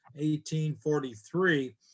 1843